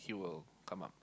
he will come up